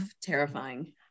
terrifying